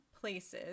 places